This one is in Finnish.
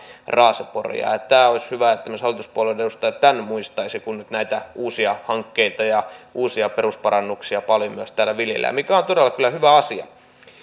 raaseporia olisi hyvä että myös hallituspuolueiden edustajat tämän muistaisivat kun nyt näitä uusia hankkeita ja uusia perusparannuksia paljon myös täällä viljellään mikä on kyllä todella hyvä asia